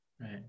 Right